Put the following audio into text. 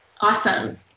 Awesome